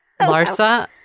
Larsa